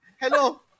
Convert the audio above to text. Hello